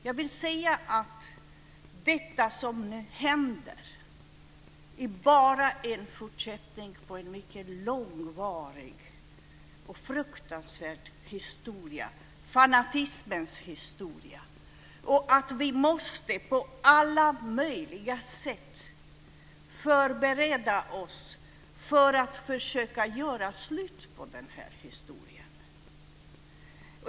Jag vill säga att detta som nu händer bara är en fortsättning på en mycket långvarig och fruktansvärd historia, fanatismens historia, och att vi på alla möjliga sätt måste förbereda oss för att försöka göra slut på den här historien.